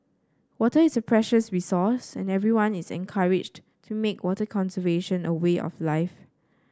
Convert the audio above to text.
water is a precious resource and everyone is encouraged to make water conservation a way of life